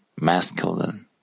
masculine